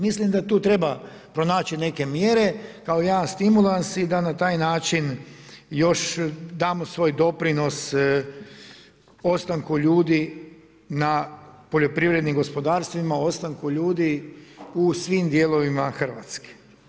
Mislim da tu treba pronaći neke mjere kao jedan stimulans i da na taj način još damo svoj doprinos ostanku ljudi na poljoprivrednim gospodarstvima, ostanku ljudi u svim dijelovima Hrvatske.